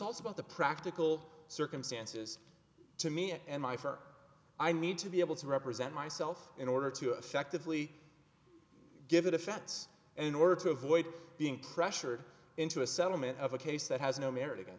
also about the practical circumstances to me and my for i need to be able to represent myself in order to effectively give a defense in order to avoid being pressured into a settlement of a case that has no merit again